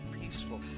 peaceful